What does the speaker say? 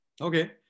Okay